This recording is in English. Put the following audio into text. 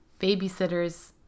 babysitters